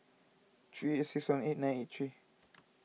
three eight six one eight nine eight three